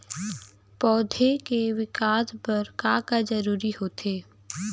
पौधे के विकास बर का का जरूरी होथे?